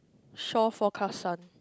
show for Kasan